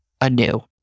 anew